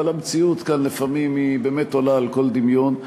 אבל המציאות כאן לפעמים באמת עולה על כל דמיון.